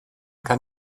kann